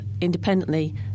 independently